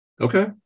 Okay